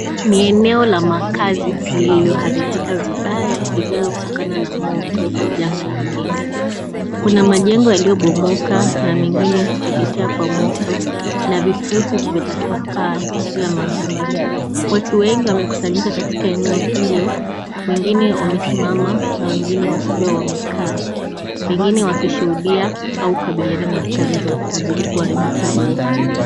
Ni eneo la makazi lililoharibika vibaya pengine kutokana na moto au janga lingine. Kuna majengo yaliyobomoka na mengine kuteketea kwa moto na vifusi zimetapakaa kila mahali. Watu wengi wamekusanyika katika eneo hilo. Wengine wamesimama na wengine wakiwa wamekaa. Pengine wakishuhudia au kukabiliana na athari za uharibifu huo.